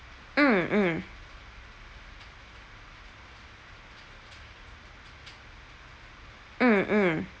mm mm mm mm